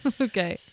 Okay